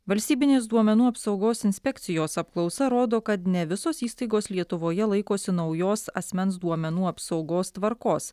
valstybinės duomenų apsaugos inspekcijos apklausa rodo kad ne visos įstaigos lietuvoje laikosi naujos asmens duomenų apsaugos tvarkos